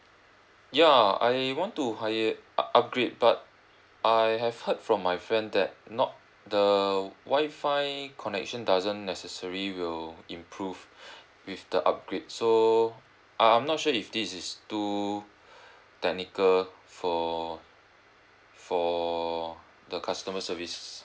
ya I want to higher u~ upgrade but I have heard from my friend that not the Wi-Fi connection doesn't necessary will improve with the upgrade so I I'm not sure if this is too technical for for the customer service